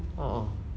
ah ah